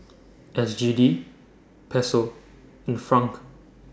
S G D Peso and Franc